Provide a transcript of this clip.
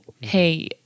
hey